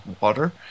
water